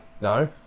No